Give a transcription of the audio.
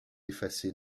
effacé